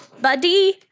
buddy